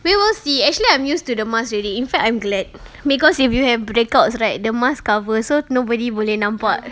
we will see actually I'm used to the mask already in fact I'm glad because if you have breakouts right the mask cover so nobody boleh nampak